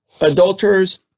adulterers